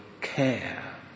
care